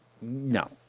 no